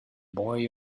boy